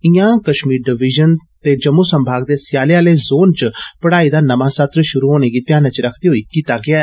इयां कश्मीर डिविजन ते जम्मू संभाग दे सयाले आले जोन च पढ़ाई दा नमां सत्र् शुरु होने गी ध्यानै च रकखदे होई कीता र्गेया ऐ